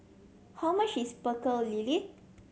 how much is Pecel Lele